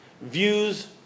views